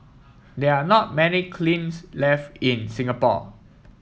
there are not many kilns left in Singapore